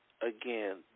again